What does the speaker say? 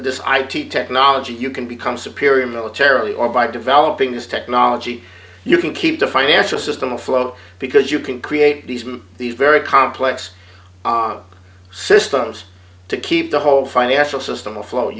this i t technology you can become superior militarily or by developing this technology you can keep the financial system afloat because you can create these very complex systems to keep the whole financial system afloat